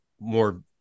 more